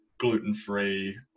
gluten-free